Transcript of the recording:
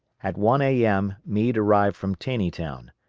at one a m. meade arrived from taneytown.